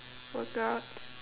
workout